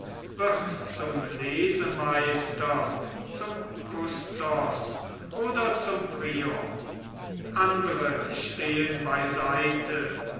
wird zum lesemeister zum kustos oder zum prior andere stehen beiseite